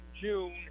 June